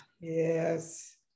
Yes